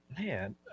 man